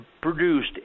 produced